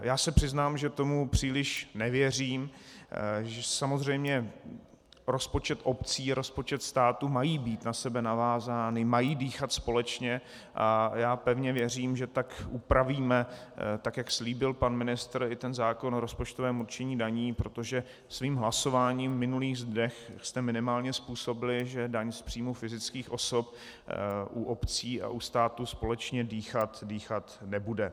Já se přiznám, že tomu příliš nevěřím, že samozřejmě rozpočet obcí i rozpočet státu mají být na sebe navázány, mají dýchat společně, a já pevně věřím, že tak upravíme, jak slíbil pan ministr, i ten zákon o rozpočtovém určení daní, protože svým hlasováním v minulých dnech jste minimálně způsobili, že daň z příjmu fyzických osob u obcí a u státu společně dýchat nebude.